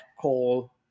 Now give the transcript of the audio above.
call